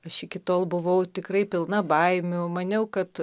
aš iki tol buvau tikrai pilna baimių maniau kad